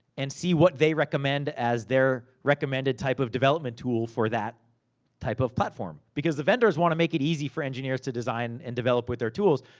and see what they recommend as their recommended type of development tool for that type of platform. because the vendors wanna make it easy for engineers to design and develop with their tools,